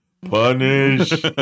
Punish